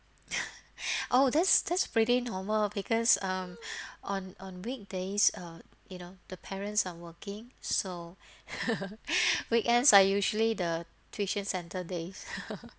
oh that's that's pretty normal because um on on weekdays uh you know the parents are working so weekends are usually the tuition center days